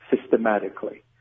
systematically